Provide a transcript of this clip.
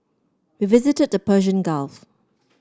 we visited the Persian Gulf